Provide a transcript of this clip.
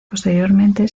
posteriormente